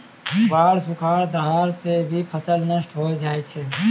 बाढ़, सुखाड़, दहाड़ सें भी फसल नष्ट होय जाय छै